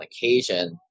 occasion